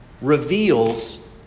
reveals